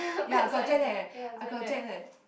ya I got jet lag leh I got jet lag